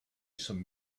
some